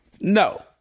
No